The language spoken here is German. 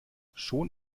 schon